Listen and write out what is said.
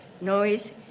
noise